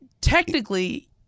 technically